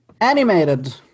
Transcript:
Animated